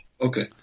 okay